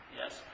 yes